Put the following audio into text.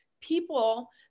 people